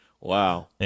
Wow